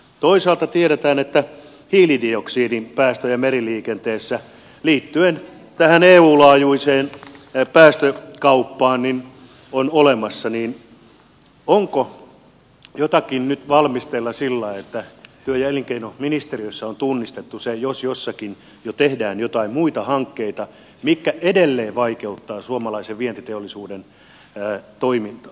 toisaalta tiedetään että hiilidioksidipäästöjä meriliikenteessä liittyen tähän eu laajuiseen päästökauppaan on olemassa niin onko jotakin nyt valmisteilla sillä lailla että työ ja elinkeinoministeriössä on tunnistettu se jos jossakin jo tehdään jotain muita hankkeita mitkä edelleen vaikeuttavat suomalaisen vientiteollisuuden toimintaa